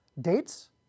dates